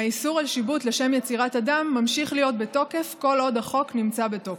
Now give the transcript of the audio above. איסור שיבוט לשם יצירת אדם ממשיך להיות בתוקף כל עוד החוק נמצא בתוקף,